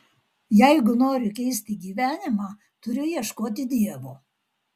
jeigu noriu keisti gyvenimą turiu ieškoti dievo